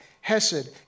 hesed